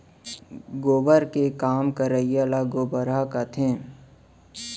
गोबर के काम करइया ल गोबरहा कथें